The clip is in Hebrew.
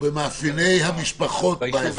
ובמאפייני המשפחות באזור.